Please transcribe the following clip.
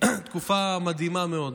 תקופה מדהימה מאוד.